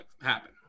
happen